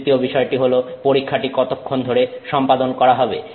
তৃতীয় বিষয়টি হলো পরীক্ষাটি কতক্ষণ ধরে সম্পাদন করা হবে